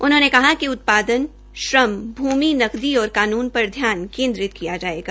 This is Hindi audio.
उन्होंने कहा कि उत्पादन श्रम भूमि नकदी और कानून पर ध्यान केंद्रित किया जायेगा